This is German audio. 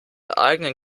eigenen